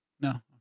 No